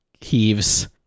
heaves